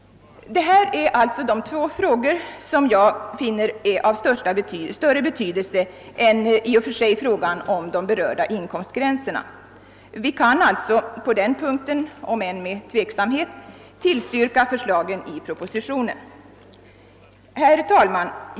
Dessa två frågor finner vi som sagt vara av större betydelse än frågan om inkomstgränserna. Vi kan därför — om än med tveksamhet — biträda förslagen 1 propositionen. Herr talman!